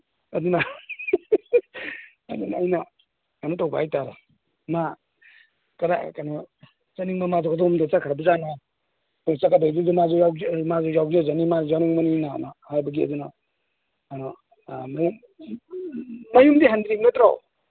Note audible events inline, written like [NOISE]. ꯑꯗꯨꯅ ꯑꯗꯨꯅ ꯑꯩꯅ ꯀꯩꯅ ꯇꯧꯕ ꯍꯥꯏ ꯇꯥꯔꯦ ꯃꯥ ꯀꯩꯅꯣ ꯆꯠꯅꯤꯡꯕ ꯃꯥꯗꯣ ꯀꯗꯣꯝꯗ ꯆꯠꯈ꯭ꯔꯕꯖꯥꯠꯅꯣ ꯑꯩꯈꯣꯏ ꯆꯠꯀꯗꯧꯕꯗꯨꯗ ꯃꯥꯁꯨ ꯌꯥꯎꯖꯁꯅꯤ ꯃꯥꯁꯨ ꯌꯥꯎꯅꯤꯡꯕꯅꯤꯅ ꯑꯗꯨꯅ ꯍꯥꯏꯕꯗꯤ ꯑꯗꯨꯅ ꯑ [UNINTELLIGIBLE] ꯃꯌꯨꯝꯗꯤ ꯍꯟꯗ꯭ꯔꯤ ꯅꯠꯇ꯭ꯔꯣ